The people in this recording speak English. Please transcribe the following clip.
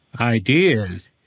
ideas